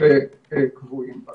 שקבועים בה.